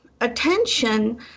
attention